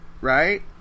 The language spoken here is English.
Right